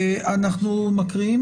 אנחנו מקריאים?